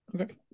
Okay